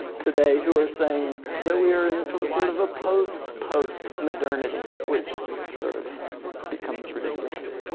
today who are saying that we are in some sort of a post post-modernity, which sort of becomes ridiculous.